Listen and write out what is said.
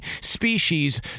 species